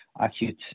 acute